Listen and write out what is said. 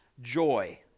joy